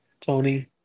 Tony